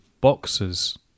boxes